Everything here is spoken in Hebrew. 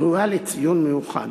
ראויה לציון מיוחד.